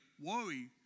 worry